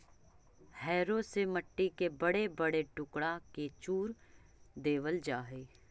harrow से मट्टी के बड़े बड़े टुकड़ा के चूर देवल जा हई